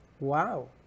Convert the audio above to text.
Wow